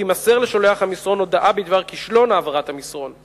תימסר לשולח המסרון הודעה בדבר כישלון העברת המסרון.